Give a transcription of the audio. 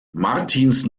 martins